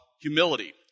humility